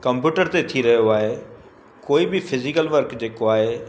computer ते थी रहियो आहे कोई बि फिज़िकल वर्क जेको आहे